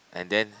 and then